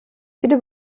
viele